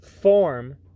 form